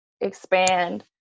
expand